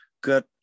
good